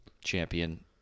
champion